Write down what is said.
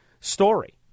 story